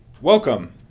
Welcome